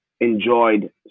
enjoyed